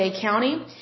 County